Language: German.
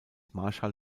marschall